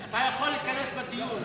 אתה יכול להיכנס לדיון.